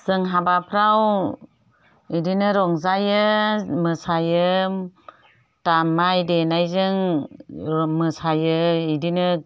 जों हाबाफ्रव बेदिनो रंजायो मोसायो दामनाय देनायजों मोसायो बेदिनो